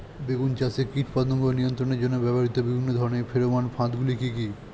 বেগুন চাষে কীটপতঙ্গ নিয়ন্ত্রণের জন্য ব্যবহৃত বিভিন্ন ধরনের ফেরোমান ফাঁদ গুলি কি কি?